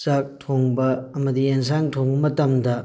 ꯆꯥꯛ ꯊꯣꯡꯕ ꯑꯃꯗꯤ ꯑꯦꯟꯖꯥꯡ ꯊꯣꯡꯕ ꯃꯇꯝꯗ